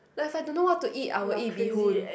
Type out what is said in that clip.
like if I don't know what to eat I will eat bee hoon